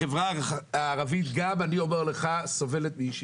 החברה הערבית גם סובלת מאי שוויון.